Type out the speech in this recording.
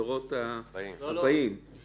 ברור שצריך